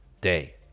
day